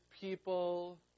people